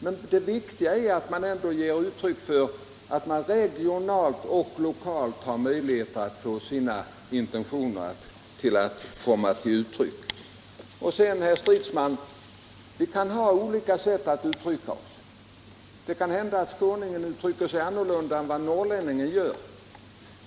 Men det viktiga är att man lokalt och regionalt får möjlighet att uttrycka sina intentioner om utvecklingen. Vi kanske har olika sätt att uttrycka oss. Det kan hända att skåningen uttrycker sig på ett annat sätt än norrlänningen gör.